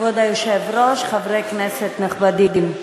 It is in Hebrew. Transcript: כבוד היושב-ראש, חברי כנסת נכבדים,